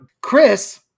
Chris